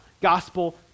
gospel